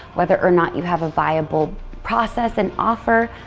whether or not you have a viable process and offer,